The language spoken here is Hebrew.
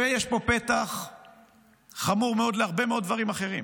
יש פה פתח חמור מאוד להרבה מאוד דברים אחרים,